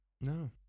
No